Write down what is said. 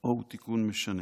או הוא תיקון משנה: